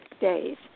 days